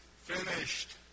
finished